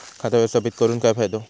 खाता व्यवस्थापित करून काय फायदो?